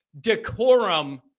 decorum